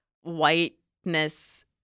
whiteness